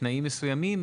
בתנאים מסוימים,